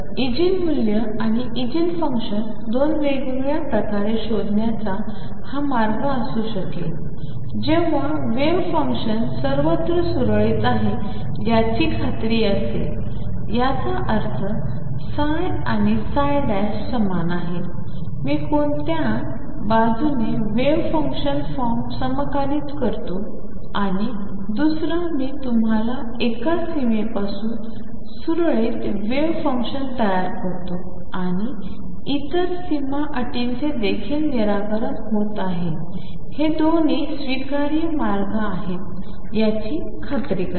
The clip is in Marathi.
तर इगेन मूल्य आणि इगेन फंक्शन दोन वेगवेगळ्या प्रकारे शोधण्याचा हा मार्ग असू शकेल जेव्हा वेव्ह फंक्शन सर्वत्र सुरळीत आहे याची खात्री असेल याचा अर्थ ψ आणि समान आहेत मी कोणत्या बाजूने वेव्ह फंक्शन फॉर्म समाकलित करतो आणि दुसरा मी आम्हाला एका सीमेपासून सुरळीत वेव्ह फंक्शन तयार करतो आणि इतर सीमा अटींचे देखील निराकरण होत आहे हे दोन्ही स्वीकार्य मार्ग आहेत याची खात्री करा